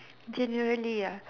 generally ah